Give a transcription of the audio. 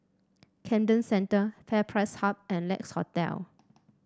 Camden Centre FairPrice Hub and Lex Hotel